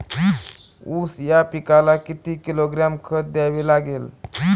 ऊस या पिकाला किती किलोग्रॅम खत द्यावे लागेल?